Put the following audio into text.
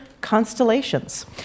Constellations